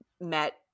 met